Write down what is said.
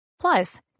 plus